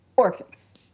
orphans